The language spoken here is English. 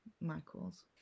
Michael's